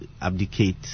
abdicate